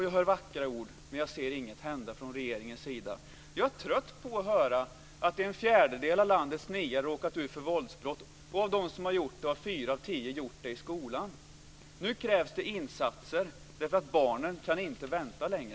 Jag hör vackra ord, men jag ser ingenting hända från regeringens sida. Jag är trött på att höra att en fjärdedel av landets nior har råkat ut för våldsbrott, och av dessa har fyra av tio råkat ut för brott i skolan. Nu krävs det insatser. Barnen kan inte vänta längre.